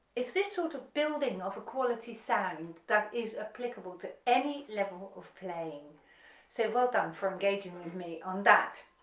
it's this sort of building of a quality sound that is applicable to any level of playing so well done for engaging with me on that.